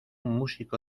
músico